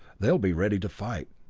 they'll be ready to fight.